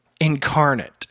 incarnate